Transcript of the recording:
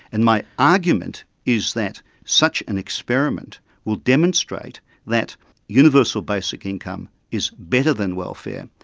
and my argument is that such an experiment will demonstrate that universal basic income is better than welfare,